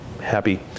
happy